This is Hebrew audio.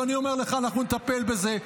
ואני אומר לך שאנחנו נטפל בזה,